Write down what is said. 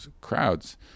crowds